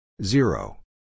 Zero